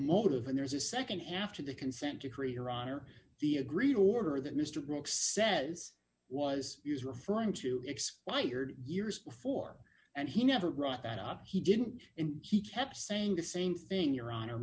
motive and there's a nd half to the consent decree your honor the agreed order that mr brooks says was referring to expired years before and he never brought that up he didn't and he kept saying the same thing your honor